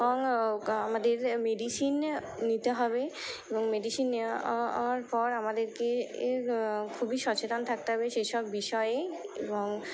এবং আমাদের মেডিসিন নিতে হবে এবং মেডিসিন নে আ আর পর আমাদেরকে এ এর খুবই সচেতন থাকতে হবে সেসব বিষয়ে এবং